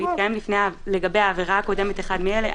והתקיים לגבי העבירה הקודמת אחד מאלה: